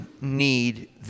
need